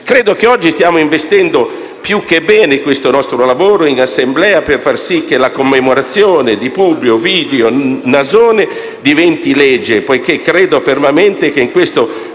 Credo che oggi stiamo investendo più che bene il nostro lavoro in Assemblea per far sì che la commemorazione di Publio Ovidio Nasone diventi legge, poiché credo fermamente che questo